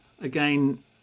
again